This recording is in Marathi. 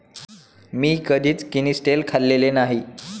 मी कधीच किनिस्टेल खाल्लेले नाही